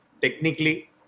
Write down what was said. Technically